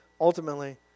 ultimately